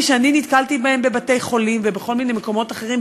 שנתקלתי בהם בבתי-חולים ובכל מיני מקומות אחרים,